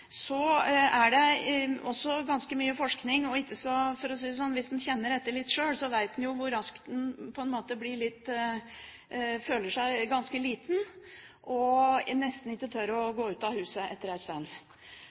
er det også ganske mye forskning. Hvis en kjenner etter litt sjøl, så vet en hvor raskt en kan føle seg ganske liten, og etter en stund tør en nesten ikke å gå ut av huset. Da er det selvfølgelig viktig å komme i gang raskt, og det er